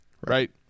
right